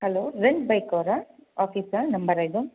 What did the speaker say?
hello rent bike ಅವರಾ office ನಂಬರಾ ಇದು